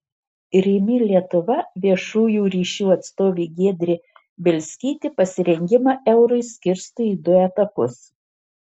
rimi lietuva viešųjų ryšių atstovė giedrė bielskytė pasirengimą eurui skirsto į du etapus